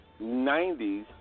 90s